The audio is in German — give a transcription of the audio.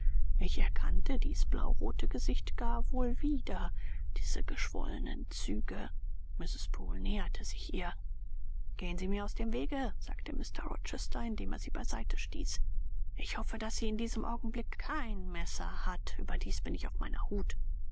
ich erkannte dies blaurote gesicht gar wohl wieder diese geschwollenen züge mrs poole näherte sich ihr gehen sie mir aus dem wege sagte mr rochester indem er sie beiseite stieß ich hoffe daß sie in diesem augenblick kein messer hat überdies bin ich auf meiner hut